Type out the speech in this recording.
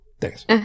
Thanks